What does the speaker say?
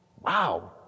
Wow